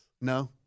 No